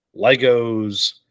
Legos